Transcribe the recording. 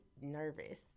nervous